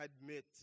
admit